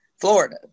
florida